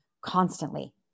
constantly